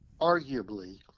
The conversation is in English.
arguably